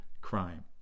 crime